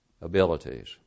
abilities